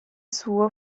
suo